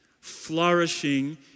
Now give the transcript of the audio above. flourishing